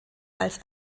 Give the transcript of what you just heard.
als